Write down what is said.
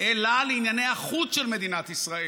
אלא לענייני החוץ של מדינת ישראל.